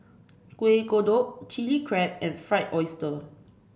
Kueh Kodok Chili Crab and Fried Oyster